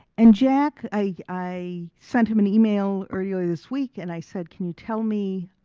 and jack, i, i sent him an email earlier this week and i said, can you tell me